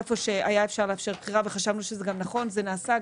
היכן שהיה ניתן לאפשר בחירה וחשבנו שזה נכון זה נעשה,